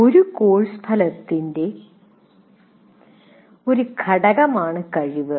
ഒരു കോഴ്സ് ഫലത്തിന്റെ ഒരു ഘടകമാണ് കഴിവ്